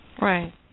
Right